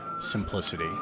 simplicity